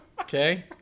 Okay